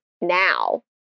now